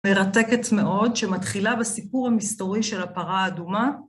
מרתקת מאוד, שמתחילה בסיפור המסתורי של הפרה האדומה.